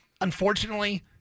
unfortunately—